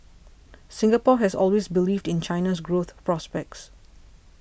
Singapore has always believed in China's growth prospects